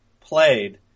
played